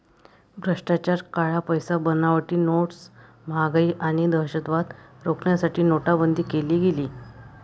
भ्रष्टाचार, काळा पैसा, बनावटी नोट्स, महागाई आणि दहशतवाद रोखण्यासाठी नोटाबंदी केली गेली